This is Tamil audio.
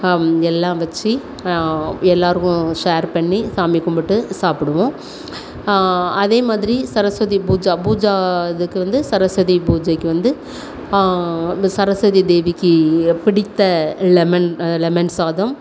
எல்லாம் வச்சு எல்லோருக்கும் ஷேர் பண்ணி சாமி கும்பிட்டு சாபபிடுவோம் அதேமாதிரி சரஸ்வதி பூஜை பூஜா இதுக்கு வந்து சரஸ்வதி பூஜைக்கு வந்து இந்த சரஸ்வதி தேவிக்கு பிடித்த லெமன் லெமன் சாதம்